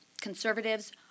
conservatives